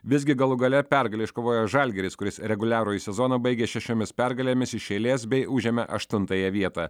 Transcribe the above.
visgi galų gale pergalę iškovojo žalgiris kuris reguliarųjį sezoną baigė šešiomis pergalėmis iš eilės bei užėmė aštuntąją vietą